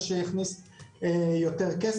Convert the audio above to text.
מה שיכניס יותר כסף ובעצם יעלה את שיעור האכיפה.